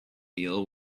wheel